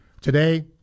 today